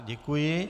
Děkuji.